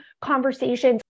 conversations